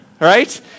right